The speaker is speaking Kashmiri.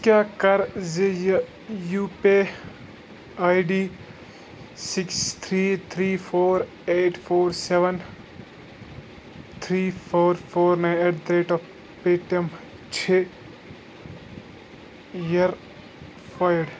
چَک کَر زِ یہِ U P I D six three three four eight four seven three four four nine eight the rate of Paytm چھِ ویرفایِڈ